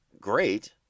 great